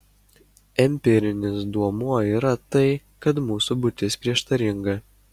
empirinis duomuo yra tai kad mūsų būtis prieštaringa